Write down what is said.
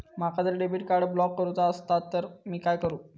माका जर debit card block करूचा असला तर मी काय करू?